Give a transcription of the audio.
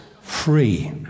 free